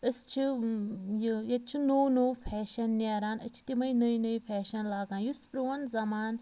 أسۍ چھِ یہِ ییٚتہِ چھُ نوٚو نوٚو فیشَن نیران أسۍ چھِ تِمٔے نٔے نٔے فیشَن لاگان یُس پرٛون زَمانہٕ